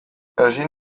ezin